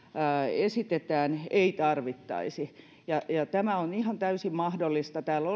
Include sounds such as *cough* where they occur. esitetään ei tarvittaisi ja ja tämä on ihan täysin mahdollista täällä *unintelligible*